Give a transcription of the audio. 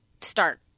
start